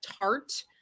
tart